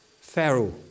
Pharaoh